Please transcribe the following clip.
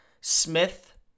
Smith